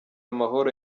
amahoro